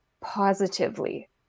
positively